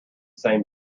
same